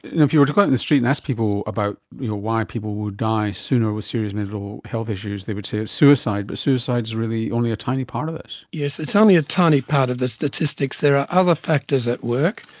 if you were to go out in the street and ask people about why people would die sooner with serious mental health issues, they would say it's suicide, but suicide is really only a tiny part of this. yes, it's only a tiny part of the statistics, there are other factors at work.